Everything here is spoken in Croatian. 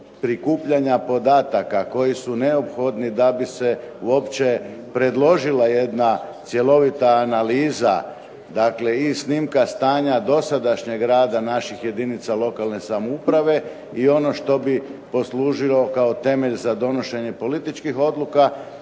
prikupljanja podataka koji su neophodni da bi se uopće predložila jedna cjelovita analiza, dakle i snimka stanja dosadašnjeg rada naših jedinca lokalne samouprave i ono što bi poslužilo kao temelj za donošenje političkih odluka